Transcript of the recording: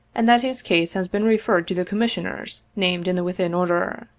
and that his case has been referred to the commissioners named in the within order.